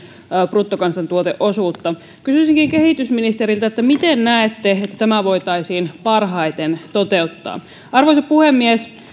bruttokansantuoteosuutta kysyisinkin kehitysministeriltä miten näette että tämä voitaisiin parhaiten toteuttaa arvoisa puhemies